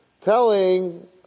telling